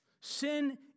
Sin